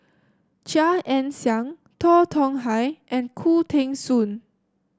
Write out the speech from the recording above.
Chia Ann Siang Tan Tong Hye and Khoo Teng Soon